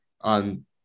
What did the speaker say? on